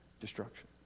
destruction